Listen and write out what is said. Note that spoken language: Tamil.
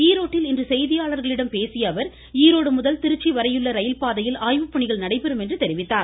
ஈரோட்டில் இன்று செய்தியாளர்களிடம் பேசிய அவர் ஈரோடு முதல் திருச்சி வரையுள்ள ரயில்பாதையில் ஆய்வுப் பணிகள் நடைபெறும் என்றும் தெரிவித்தார்